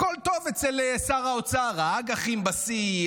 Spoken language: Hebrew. הכול טוב אצל שר האוצר: האג"חים בשיא,